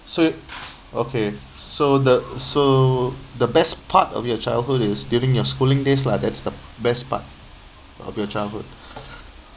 so you okay so the so the best part of your childhood is during your schooling days lah that's the best part of your childhood